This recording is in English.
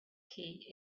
key